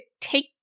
take